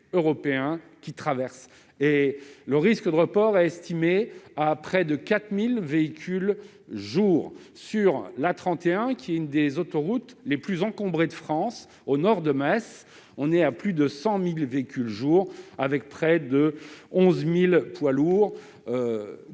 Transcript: européens qui traversent ces zones, et le risque de report a été estimé à près de 4 000 véhicules par jour sur l'A31, qui est l'une des autoroutes les plus encombrées de France. Au nord de Metz, on est à plus de 100 000 véhicules par jour, avec près de 11 000 poids lourds,